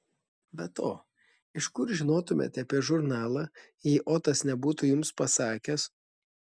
be to iš kur žinotumėte apie žurnalą jei otas nebūtų jums pasakęs